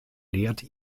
lehrt